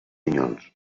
minyons